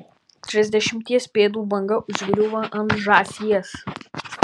trisdešimties pėdų banga užgriūva ant žąsies